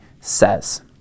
says